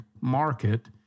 market